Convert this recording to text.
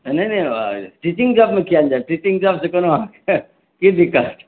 नहि नहि टीचिंग जॉबमे किया नहि जायब टीचिंग जॉबसँ कोनो अहाँकेँ की दिक्कत